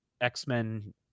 x-men